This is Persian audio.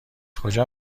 کجا